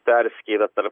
perskyrą per